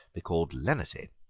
be called lenity.